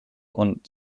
und